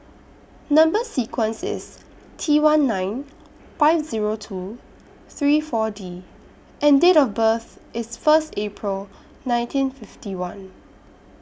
Number sequence IS T one nine five Zero two three four D and Date of birth IS First April nineteen fifty one